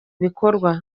bikorwa